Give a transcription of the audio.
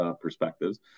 perspectives